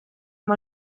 amb